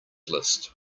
list